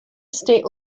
state